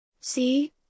See